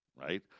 Right